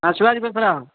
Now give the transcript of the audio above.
நான் சிவாஜி பேசுகிறேன்